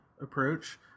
approach